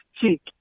cheek